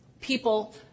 people